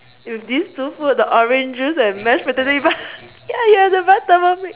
with these two food the orange juice and mash potato you buy ya you have to buy Thermomix